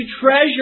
treasure